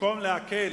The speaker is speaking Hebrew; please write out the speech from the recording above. במקום להקל